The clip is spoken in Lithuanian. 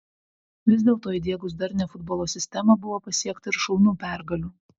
vis dėlto įdiegus darnią futbolo sistemą buvo pasiekta ir šaunių pergalių